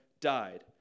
died